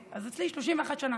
אז אצלי 31 שנה,